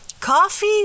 Coffee